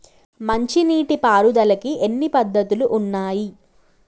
మంచి నీటి పారుదలకి ఎన్ని పద్దతులు ఉన్నాయి?